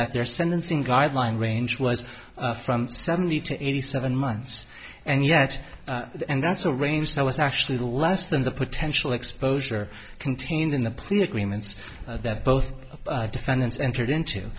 that their sentencing guideline range was from seventy to eighty seven months and yet and that's a range that was actually less than the potential exposure contained in the plea agreements that both defendants entered into